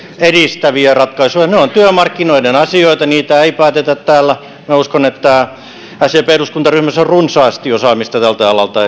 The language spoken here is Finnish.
edistäviä ratkaisuja ne ovat työmarkkinoiden asioita niitä ei päätetä täällä minä uskon että sdpn eduskuntaryhmässä on runsaasti osaamista tältä alalta